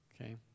Okay